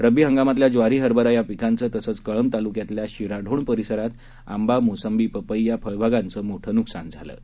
रब्बी हंगामातल्या ज्वारी हरभरा या पिकांचं तसंच कळंब तालुक्यातल्या शिराढोण परिसरात आंबा मोसंबी पपई या फळबागांचं मोठ्या प्रमाणावर नुकसान झालं आहे